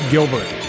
Gilbert